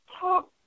talk